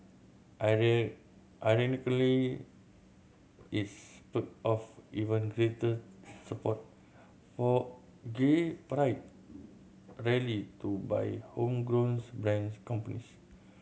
iron ironically is off even greater support for gay pride rally to by homegrown brands companies